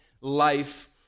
life